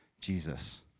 Jesus